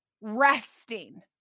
resting